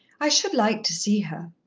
i should like to see her.